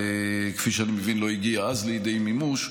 כפי שאני מבין, היא לא הגיעה אז לידי מימוש,